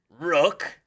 Rook